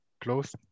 close